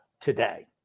today